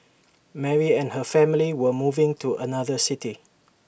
Mary and her family were moving to another city